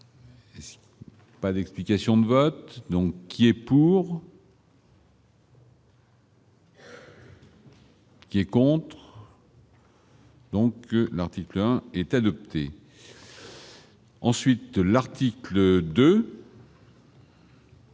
Pas d'explication de vote donc qui est pour. Il est content. Donc, l'article 1 est adopté. Ensuite, l'article 2.